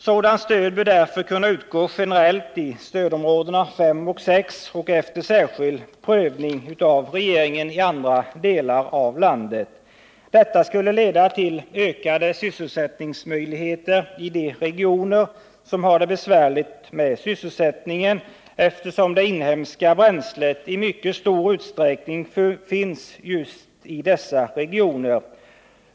Sådant stöd bör därför kunna utgå generellt i stödområdena 5 och 6 samt efter särskild prövning av regeringen i andra delar av landet. Detta skulle leda till ökade sysselsättningsmöjligheter i de regioner som har det besvärligt med sysselsättningen, eftersom det inhemska bränslet i mycket stor utsträckning finns just i dessa regioner.